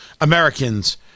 Americans